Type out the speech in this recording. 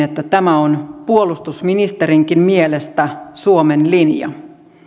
että tämä on puolustusministerinkin mielestä suomen linja